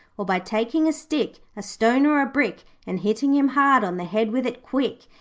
or by taking a stick, a stone or a brick, and hitting him hard on the head with it quick.